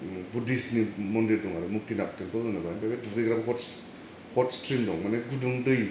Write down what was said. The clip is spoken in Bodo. उम बुद्धिसनि मन्दिर दं आरो मुक्तिनाथ टेमपोल होनो बाहाय ओमफाय बे दुगैग्रा हटस हटस ट्रिम दं मानि गुदुं दै